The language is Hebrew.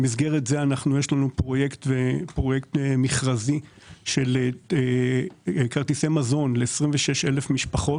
במסגרת זו יש לנו פרויקט מכרזי של כרטיסי מזון ל-26,000 משפחות